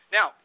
Now